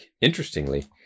interestingly